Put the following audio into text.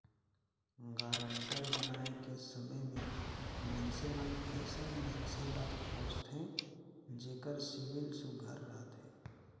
guarantor बनाए के समे में मइनसे मन अइसन मइनसे ल खोझथें जेकर सिविल सुग्घर रहथे